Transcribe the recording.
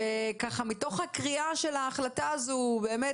וככה מתוך הקריאה של ההחלטה הזו באמת